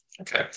okay